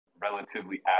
relatively